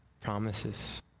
promises